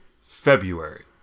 February